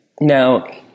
Now